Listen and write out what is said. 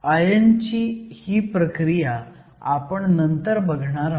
आयनची ही प्रक्रिया आपण नंतर बघणार आहोत